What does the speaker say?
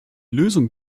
lösung